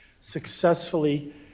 successfully